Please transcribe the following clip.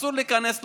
אסור להיכנס לפארק.